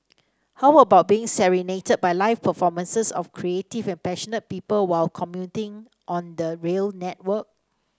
how about being serenaded by live performances of creative and passionate people while commuting on the rail network